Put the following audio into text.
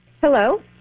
Hello